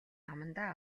амандаа